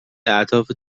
اهداف